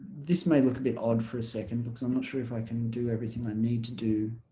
this may look a bit odd for a second because i'm not sure if i can do everything i need to do